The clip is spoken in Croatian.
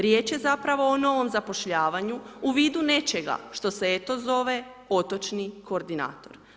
Riječ je, zapravo, o novom zapošljavanju, u vidu nečega, što se eto zove otočni koordinator.